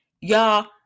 Y'all